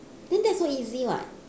then that's so easy [what]